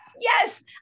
yes